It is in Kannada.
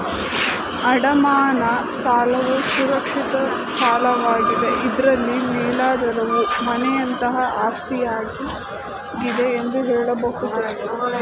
ಅಡಮಾನ ಸಾಲವು ಸುರಕ್ಷಿತ ಸಾಲವಾಗಿದೆ ಇದ್ರಲ್ಲಿ ಮೇಲಾಧಾರವು ಮನೆಯಂತಹ ಆಸ್ತಿಯಾಗಿದೆ ಎಂದು ಹೇಳಬಹುದು